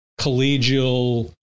collegial